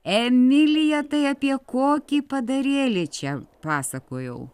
emilija tai apie kokį padarėlį čia pasakojau